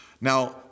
Now